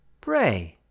Pray